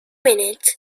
minutes